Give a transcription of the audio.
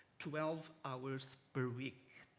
twelve hours per week.